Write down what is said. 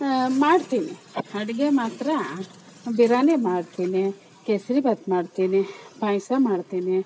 ಮಾಡ್ತೀನಿ ಅಡುಗೆ ಮಾತ್ರ ಬಿರಿಯಾನಿ ಮಾಡ್ತೀನಿ ಕೇಸರಿ ಬಾತ್ ಮಾಡ್ತೀನಿ ಪಾಯಸ ಮಾಡ್ತೀನಿ